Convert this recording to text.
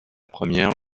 première